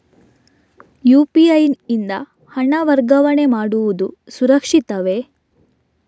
UPI ಯಿಂದ ಹಣ ವರ್ಗಾವಣೆ ಮಾಡುವುದು ಸುರಕ್ಷಿತವೇ?